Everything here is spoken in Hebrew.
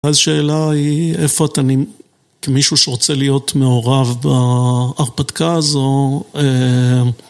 השאלה היא איפה אתה נ... כמישהו שרוצה להיות מעורב בהרפתקה הזו